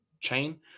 chain